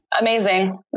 Amazing